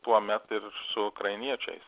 tuomet su ukrainiečiais